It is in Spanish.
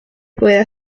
pueda